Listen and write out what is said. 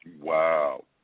Wow